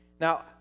Now